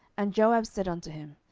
and joab said unto him,